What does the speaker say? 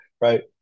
right